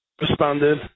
responded